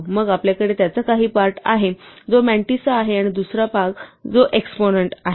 मग आपल्याकडे त्याचा काही पार्ट आहे जो मंटिसा आहे आणि दुसरा भाग जो एक्स्पोनेन्ट आहे